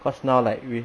cause now like y~